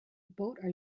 boat